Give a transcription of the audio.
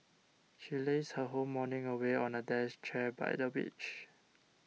she lazed her whole morning away on a dash chair by the beach